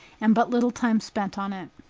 and but little time spent on it.